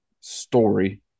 story